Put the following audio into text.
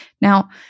Now